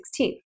2016